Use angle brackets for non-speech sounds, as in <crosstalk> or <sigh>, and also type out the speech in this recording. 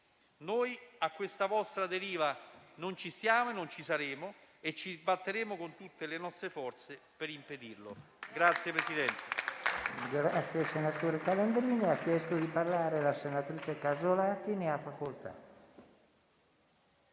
Noi a questa vostra deriva non ci stiamo e non ci staremo e ci batteremo con tutte le nostre forze per impedirla. <applause>